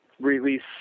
release